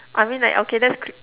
I mean like okay that's cr~